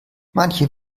manche